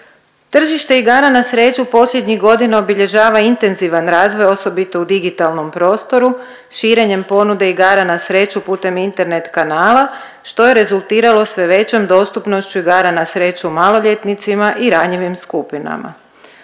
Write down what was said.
Tržište igara na sreću posljednjih godina obilježava intenzivan razvoj osobito u digitalnom prostoru širenjem ponude igara na sreću putem internet kanala što je rezultiralo sve većom dostupnošću igara na sreću maloljetnicima i ranjivim skupina.